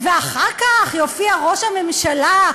ואחר כך יופיע ראש הממשלה.